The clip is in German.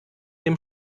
dem